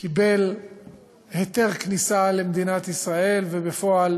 קיבל היתר כניסה למדינת ישראל ובפועל